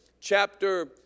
chapter